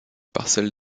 parcelle